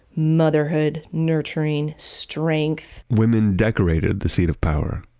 motherhood, nurturing, strength. women decorated the seat of power,